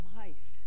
life